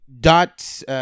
Dot